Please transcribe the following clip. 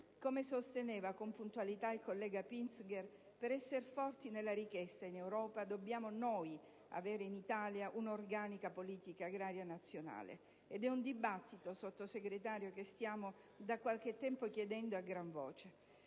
Come sosteneva con puntualità il collega Pinzger, per essere forti in Europa nella richiesta, dobbiamo noi avere in Italia un'organica politica agraria nazionale. È un dibattito, signor Sottosegretario, che da qualche tempo stiamo chiedendo a gran voce,